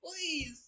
please